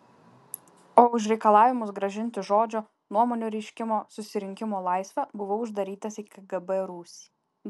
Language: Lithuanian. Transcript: o už reikalavimus grąžinti žodžio nuomonių reiškimo susirinkimų laisvę buvau uždarytas į kgb rūsį